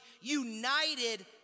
united